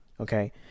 Okay